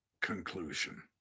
conclusion